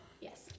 yes